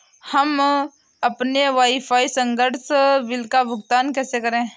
हम अपने वाईफाई संसर्ग बिल का भुगतान कैसे करें?